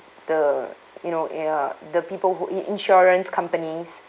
the you know you know the people who in~ insurance companies